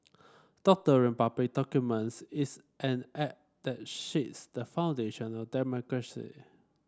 doctoring public documents is an act that shakes the foundation of democracy